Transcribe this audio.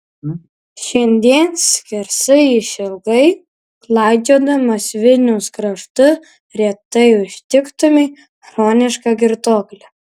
šiandien skersai išilgai klaidžiodamas vilniaus kraštu retai užtiktumei chronišką girtuoklį